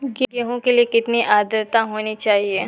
गेहूँ के लिए कितनी आद्रता होनी चाहिए?